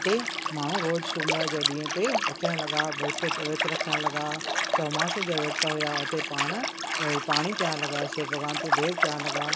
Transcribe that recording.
हुते माण्हू रोज़ु सूमर जे ॾींहं ते अचणु लॻा विर्तु रखणु लॻा चौमासे जा विर्त हुआ हुते पाण पाणी चाढ़णु लॻा शिव भॻवान ते बेल चाढ़णु लॻा